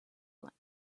lights